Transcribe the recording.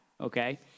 Okay